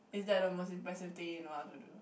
is that the most impressive thing you know how to do